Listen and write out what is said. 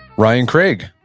ryan craig,